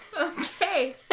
Okay